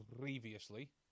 previously